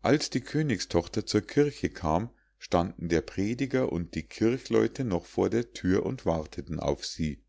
als die königstochter zur kirche kam standen der prediger und die kirchleute noch vor der thür und warteten auf sie